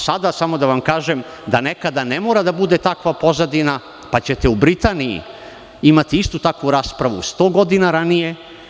Sada samo da vam kažem da nekada ne mora du bude takva pozadina, pa ćete u Britaniji imati istu takvu raspravu 100 godina ranije.